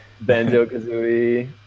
Banjo-Kazooie